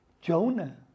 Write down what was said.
Jonah